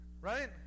Right